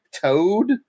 Toad